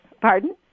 Pardon